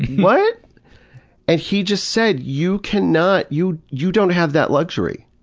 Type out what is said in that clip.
but and he just said, you cannot, you you don't have that luxury.